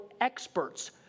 experts